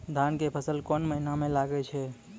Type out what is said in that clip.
धान के फसल कोन महिना म लागे छै?